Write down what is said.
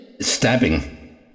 Stabbing